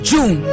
June